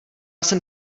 jsem